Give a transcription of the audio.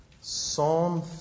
Psalm